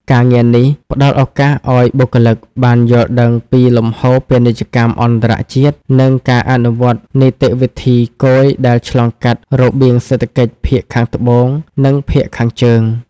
ការងារនេះផ្តល់ឱកាសឱ្យបុគ្គលិកបានយល់ដឹងពីលំហូរពាណិជ្ជកម្មអន្តរជាតិ និងការអនុវត្តនីតិវិធីគយដែលឆ្លងកាត់របៀងសេដ្ឋកិច្ចភាគខាងត្បូង និងភាគខាងជើង។